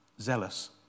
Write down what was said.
zealous